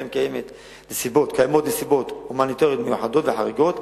שבהם קיימות נסיבות הומניטריות מיוחדות וחריגות.